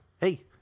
hey